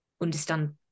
understand